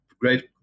great